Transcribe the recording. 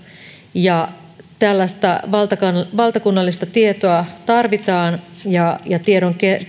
tällaista valtakunnallista valtakunnallista tietoa tarvitaan ja ja tiedon